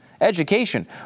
education